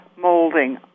molding